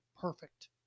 perfect